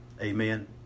Amen